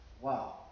Wow